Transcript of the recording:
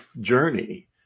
journey